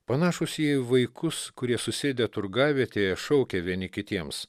panašūs į vaikus kurie susėdę turgavietėje šaukia vieni kitiems